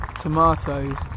tomatoes